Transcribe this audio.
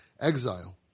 exile